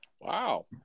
Wow